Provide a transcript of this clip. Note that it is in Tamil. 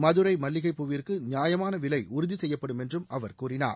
மதுரை மல்லிகை பூவிற்கு நியாயமான விலை உறுதி செய்யப்படும் என்றும் அவர் கூறினார்